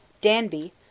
Danby